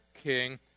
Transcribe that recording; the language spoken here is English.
king